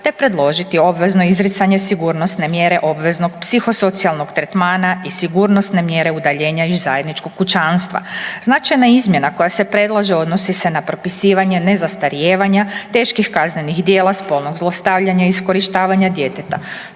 te predložiti obvezno izricanje sigurnosne mjere obveznog psihosocijalnog tretmana i sigurnosne mjere udaljenja iz zajedničkog kućanstva. Značajna izmjena koja se predlaže, odnosi se na propisivanje nezastarijevanja teških kaznenih djela spolnog zlostavljanja i iskorištavanja djeteta.